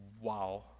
wow